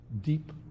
deep